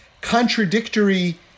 contradictory